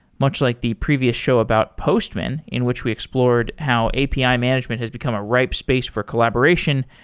much like the previous show about postman, in which we explored how api ah management has become a ripe space for collaboration,